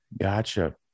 Gotcha